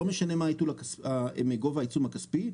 לא משנה מה גובה העיצום הכספי,